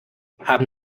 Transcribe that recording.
haben